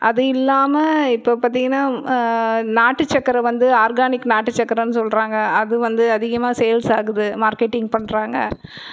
அது இல்லாமல் இப்போ பார்த்திங்ன்னா நாட்டு சக்கரை வந்து ஆர்கானிக் நாட்டு சக்கரன்னு சொல்லுறாங்க அதுவும் வந்து அதிகமாக சேல்ஸ் ஆகுது மார்க்கெட்டிங் பண்ணுறாங்க